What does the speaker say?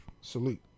Salute